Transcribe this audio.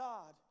God